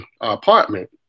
apartment